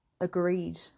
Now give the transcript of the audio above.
agreed